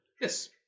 Yes